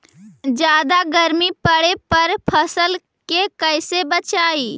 जादा गर्मी पड़े पर फसल के कैसे बचाई?